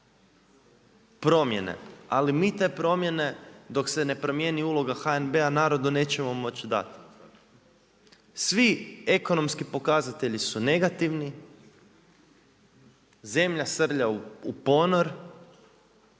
promjene, ali mi te promjene, dok se ne promjeni uloga HNB-a narodu nećemo moći dati. Svi ekonomski pokazatelji su negativni, zemlja srlja u ponor,